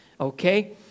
Okay